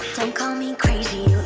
um call me crazy,